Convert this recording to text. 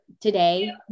today